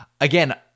Again